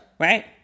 Right